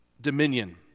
dominion